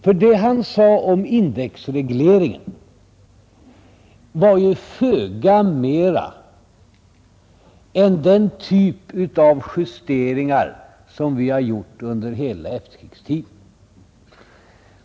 Det som han sade om indexregleringen var ju föga mer än den typ av justeringar som vi har gjort under hela efterkrigstiden.